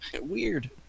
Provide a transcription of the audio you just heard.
Weird